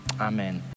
amen